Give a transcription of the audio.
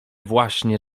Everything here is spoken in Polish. właśnie